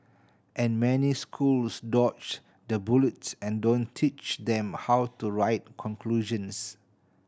and many schools dodge the bullet and don't teach them how to write conclusions